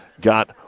got